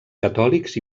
catòlics